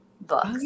books